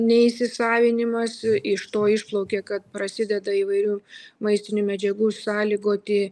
neįsisavinimas iš to išplaukia kad prasideda įvairių maistinių medžiagų sąlygoti